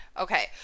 Okay